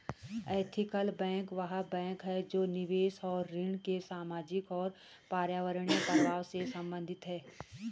ethical bank वह bank है जो निवेश और ऋण के सामाजिक और पर्यावरणीय प्रभावों से संबंधित है